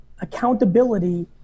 accountability